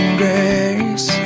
grace